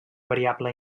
variable